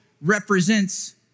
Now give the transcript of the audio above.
represents